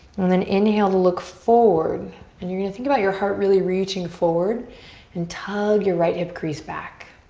then inhale to look forward. and you're gonna think about your heart really reaching forward and tug your right hip crease back.